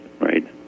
right